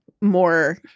more